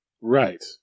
Right